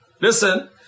Listen